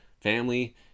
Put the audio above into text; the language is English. family